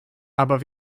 aber